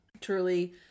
Truly